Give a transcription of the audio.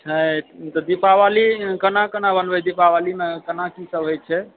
छठि दीपावली कोना कोना मनबै दीपावलीमे कोना की सभ होइ छै